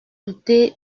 douté